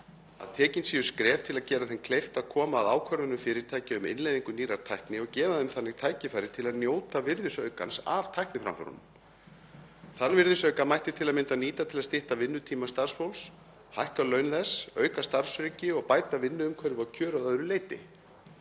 að tekin séu skref til að gera þeim kleift að koma að ákvörðunum fyrirtækja um innleiðingu nýrrar tækni og gefa þeim þannig tækifæri til að njóta virðisaukans af tækniframförum. Þann virðisauka mætti til að mynda nýta til að stytta vinnutíma starfsfólks, hækka laun þess, auka starfsöryggi og bæta vinnuumhverfi og kjör að öðru leyti.